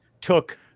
took